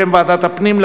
בשם ועדת הפנים,